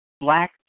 black